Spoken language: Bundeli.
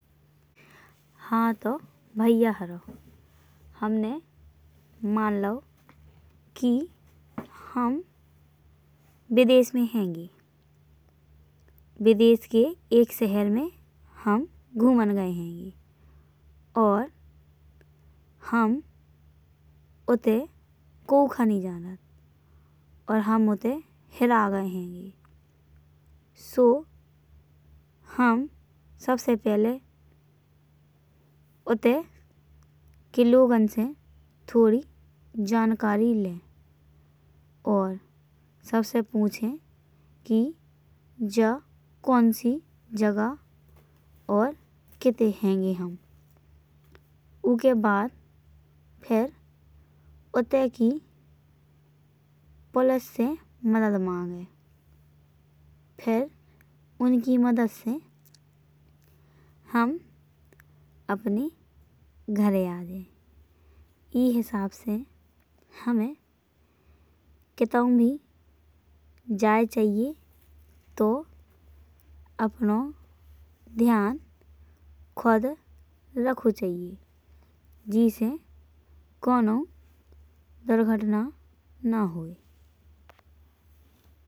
हाँ तो भाईयाँरो हमने मान लओ की हम विदेश में हइंगे। विदेश के एक शहर में हम घुमन गए हइंगे और हम उत्ते कऊ का नहीं जात और हम उत्ते हिरा गए हइंगे। सो हम सबसे पहले उत्ते के लोगन से थोड़ी जानकारी लें। और सबसे पूछे की जा कौन सी जगह और किते हइंगे हम। ऊके बाद फिर उत्ते की पुलिस से मदद माँगे फिर उनकी मदद से हम अपने घरें आ जाएं। ई हिसाब से हमें कितौ भी जाए चाहिए तो अपनो ध्यान खुद राखो चाहिए। जेसे कौना दुर्घटना न होए।